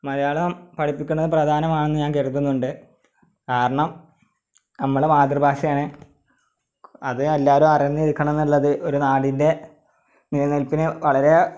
മലയാളം പഠിപ്പിക്കുന്നത് പ്രധാനമാണെന്ന് ഞാൻ കരുതുന്നുണ്ട് കാരണം നമ്മളുടെ മാതൃഭാഷയാണ് അത് എല്ലാവരും അറിഞ്ഞിരിക്കണം നല്ലത് ഒരു നാടിൻ്റെ നിലനിൽപ്പിനു വളരെ